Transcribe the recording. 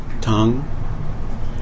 tongue